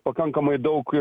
pakankamai daug